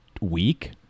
week